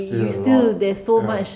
still a lot ya